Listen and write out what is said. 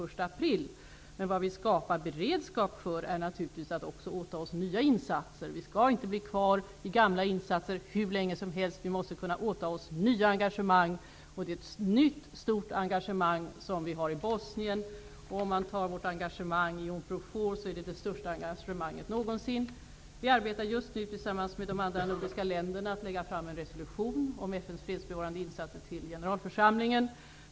Vi skapar naturligtvis också beredskap för att åta oss nya insatser. Vi skall inte bli kvar vid gamla insatser hur länge som helst. Vi måste kunna åta oss nya engagemang. Vi har ett nytt stort engagemang i Bosnien. Vårt engagemang i Unprofor är det största någonsin. Vi arbetar just nu med de andra nordiska länderna med att lägga fram en resolution till generalförsamlingen om FN:s fredsbevarande insatser.